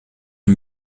est